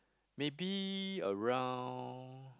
maybe around